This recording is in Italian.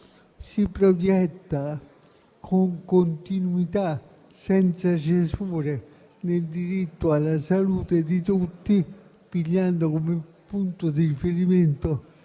si proietta con continuità, senza cesure, nel diritto alla salute di tutti, prendendo come punto di riferimento